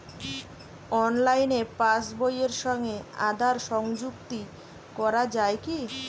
অনলাইনে পাশ বইয়ের সঙ্গে আধার সংযুক্তি করা যায় কি?